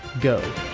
go